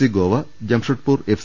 C Goa Jamshedpur F